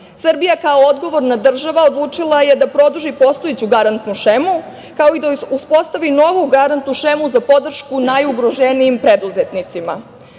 Srbija, kao odgovorna država, odlučila je da produži postojeću garantnu šemu, kao i da uspostavi novu garantnu šemu za podršku najugroženijim preduzetnicima. Izmenama